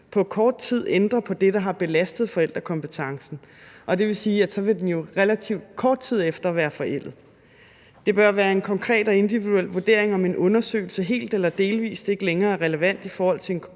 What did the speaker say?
på kort tid ændre på det, der har belastet forældrekompetencen, og det vil sige, at så vil den jo relativt kort tid efter være forældet. Det bør være en konkret og individuel vurdering, om en undersøgelse helt eller delvis ikke længere er relevant i forhold til den